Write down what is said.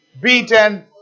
beaten